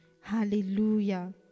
Hallelujah